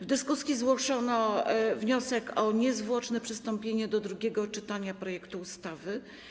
W dyskusji zgłoszono wniosek o niezwłoczne przystąpienie do drugiego czytania ustawy.